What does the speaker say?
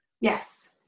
Yes